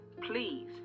please